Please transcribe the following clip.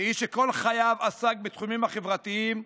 כאיש שכל חייו עסק בתחומים החברתיים,